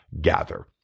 gather